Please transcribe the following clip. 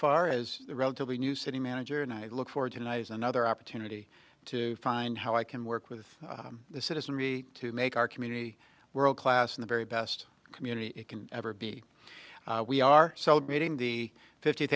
far is relatively new city manager and i look forward to tonight is another opportunity to find how i can work with the citizenry to make our community world class in the very best community it can ever be we are celebrating the fiftieth